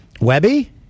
Webby